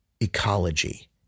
ecology